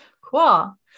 Cool